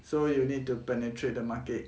so you need to penetrate the market